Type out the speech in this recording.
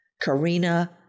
Karina